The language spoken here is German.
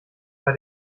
bei